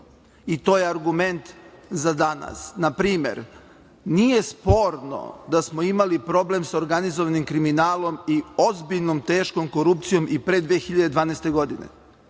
i to je argument za danas. Na primer, nije sporno da smo imali problem sa organizovanim kriminalom i ozbiljnom teškom korupcijom i pre 2012. godine,